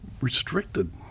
restricted